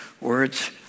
words